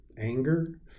anger